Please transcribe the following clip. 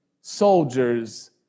soldiers